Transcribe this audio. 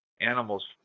animals